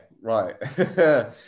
right